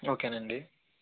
ఓకేనండి